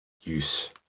use